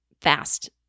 fast